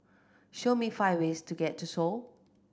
show me five ways to get to Seoul